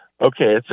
okay